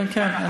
כן כן,